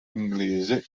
inglese